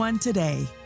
today